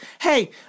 Hey